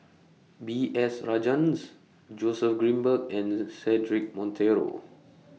B S Rajhans Joseph Grimberg and Cedric Monteiro